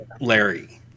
larry